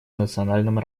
национальном